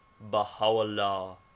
baha'u'llah